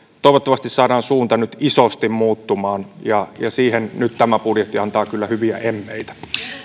toivottavasti saadaan suunta nyt isosti muuttumaan ja siihen nyt tämä budjetti antaa kyllä hyviä emmeitä